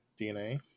DNA